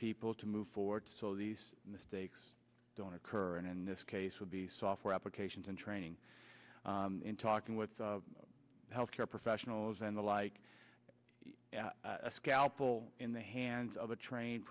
people to move forward so these mistakes don't occur in this case would be software applications and training in talking with health care professionals and the like a scalpel in the hands of a trained